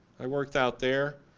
i worked out there,